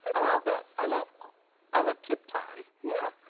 i love that. i love i love tip time. yeah